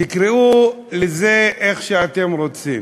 תקראו לזה איך שאתם רוצים,